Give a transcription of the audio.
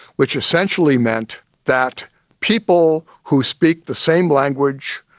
which essentially meant that people who speak the same language,